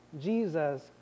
Jesus